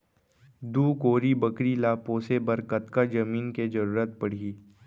दू कोरी बकरी ला पोसे बर कतका जमीन के जरूरत पढही?